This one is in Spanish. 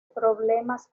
problemas